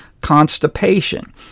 constipation